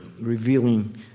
revealing